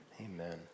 Amen